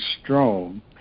strong